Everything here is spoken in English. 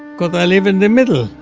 because i live in the middle.